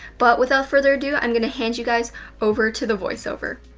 but without further ado, i'm gonna hand you guys over to the voiceover.